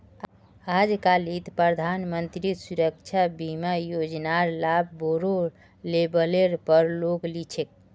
आजकालित प्रधानमंत्री सुरक्षा बीमा योजनार लाभ बोरो लेवलेर पर लोग ली छेक